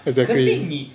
exactly